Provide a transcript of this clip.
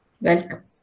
welcome